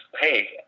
hey